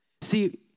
See